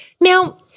Now